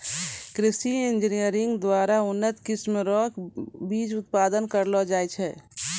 कृषि इंजीनियरिंग द्वारा उन्नत किस्म रो बीज उत्पादन करलो जाय छै